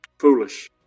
Foolish